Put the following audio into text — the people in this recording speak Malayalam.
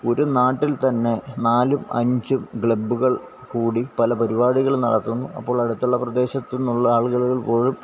ഒരു നാട്ടില് തന്നെ നാലും അഞ്ചും ഗ്ലബ്ബുകള് കൂടി പല പരിപാടികള് നടത്തുന്നു അപ്പോള് അടുത്തുള്ള പ്രദേശത്തുനിന്നുള്ള ആളുകള് പോലും